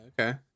Okay